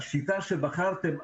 השיטה שבחרתם,